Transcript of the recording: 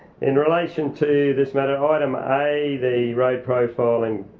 in relation to this matter, item a, the road profiling